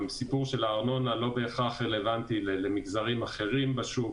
הסיפור של הארנונה לא בהכרח רלוונטי למגזרים אחרים בשוק.